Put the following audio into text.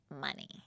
money